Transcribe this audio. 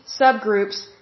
subgroups